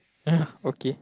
okay